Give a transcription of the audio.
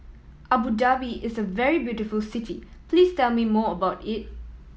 Abu Dhabi is a very beautiful city please tell me more about it